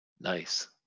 Nice